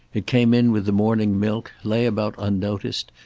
it came in with the morning milk, lay about unnoticed,